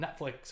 Netflix